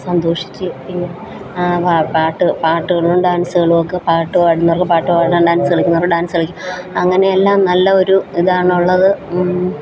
സന്തോഷിച്ച് ഈ പാട്ട് പാട്ടുകളും ഡാൻസുകളുമൊക്കെ പാട്ട് പാടുന്നവർക്ക് പാട്ട് പാടാം ഡാൻസ് കളിക്കുന്നവർക്ക് ഡാൻസ് കളിക്കാം അങ്ങനെ എല്ലാം നല്ല ഒരു ഇതാണുള്ളത്